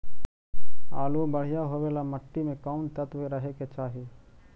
आलु बढ़िया होबे ल मट्टी में कोन तत्त्व रहे के चाही?